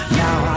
now